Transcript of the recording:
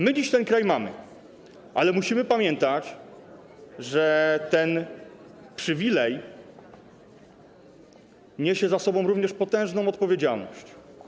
My dziś ten kraj mamy, ale musimy pamiętać, że ten przywilej niesie ze sobą również potężną odpowiedzialność.